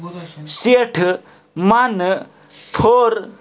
سیٚٹھٕ مَنہٕ کھوٚر